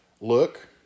look